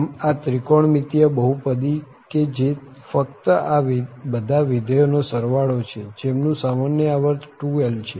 આમ આ ત્રિકોણમિતિય બહુપદી કે જે ફક્ત આ બધા વિધેયો નો સરવાળો છે જેમનું સામાન્ય આવર્ત 2l છે